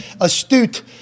astute